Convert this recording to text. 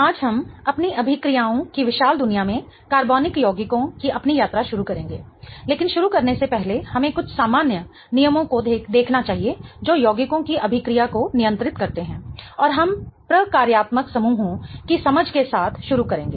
आज हम अपनी अभिक्रियाओं की विशाल दुनिया में कार्बनिक यौगिकों की अपनी यात्रा शुरू करेंगे लेकिन शुरू करने से पहले हमें कुछ सामान्य नियमों को देखना चाहिए जो यौगिकों की अभिक्रिया को नियंत्रित करते हैं और हम प्रकार्यात्मक समूहों की समझ के साथ शुरू करेंगे